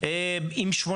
אמרתי שאתה